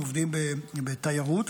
עובדים בתיירות,